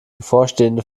bevorstehende